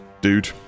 dude